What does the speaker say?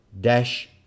dash